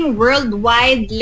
worldwide